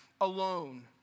alone